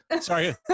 sorry